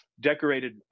decorated